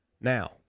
Now